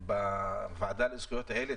בוועדה לזכויות הילד